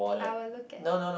I will look at it